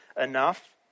enough